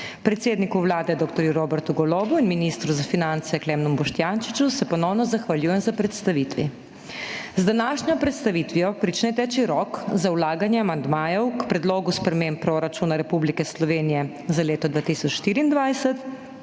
Predsedniku Vlade dr. Robertu Golobu in ministru za finance Klemnu Boštjančiču se ponovno zahvaljujem za predstavitvi. Z današnjo predstavitvijo prične teči rok za vlaganje amandmajev k Predlogu sprememb proračuna Republike Slovenije za leto 2024